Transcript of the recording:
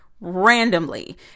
randomly